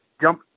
jump